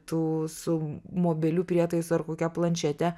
tu su mobiliu prietaisu ar kokia planšete